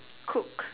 cook